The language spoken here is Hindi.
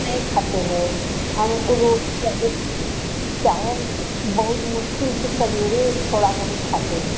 चकु नहीं खाते हैं हम रोटी ज़्यादा खाते हैं चावल बहुत मुश्किल से सबेरे थोड़ा बहुत खाते हैं